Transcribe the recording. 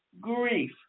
grief